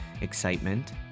excitement